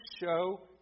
show